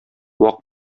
вак